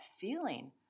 feeling